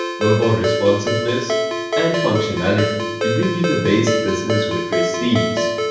mobile responsiveness and functionality to bring you the best business wordpress themes.